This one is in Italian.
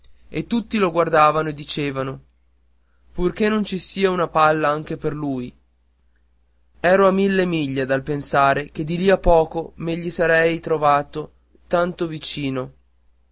e tutti lo guardavano e dicevano purché non ci sia una palla anche per lui ero a mille miglia dal pensare che di lì a poco me gli sarei trovato tanto vicino